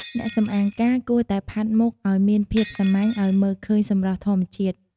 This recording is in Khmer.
អ្នកសម្អាងការគួរតែផាត់មុខឲ្យមានភាពសាមញ្ញឲ្យមើលឃើញសម្រស់ធម្មជាតិ។